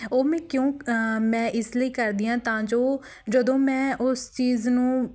ਉਹ ਮੈਂ ਕਿਉਂ ਮੈਂ ਇਸ ਲਈ ਕਰਦੀ ਹਾਂ ਤਾਂ ਜੋ ਜਦੋਂ ਮੈਂ ਉਸ ਚੀਜ਼ ਨੂੰ